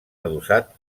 adossat